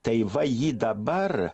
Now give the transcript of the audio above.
tai va ji dabar